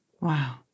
Wow